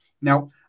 Now